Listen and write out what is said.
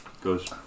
goes